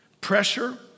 pressure